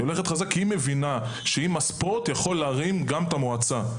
היא מבינה שהספורט יכול להרים גם את המועצה,